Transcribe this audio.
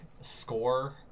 score